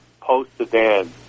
post-sedan